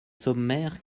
sommaire